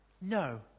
no